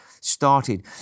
started